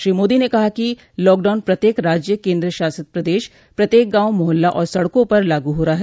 श्री मोदी ने कहा कि लॉकडाउन प्रत्येक राज्य केन्द्र शासित प्रदेश प्रत्येक गांव मोहल्ला और सड़कों पर लागू हो रहा है